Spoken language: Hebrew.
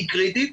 היא קריטית.